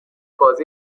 بازی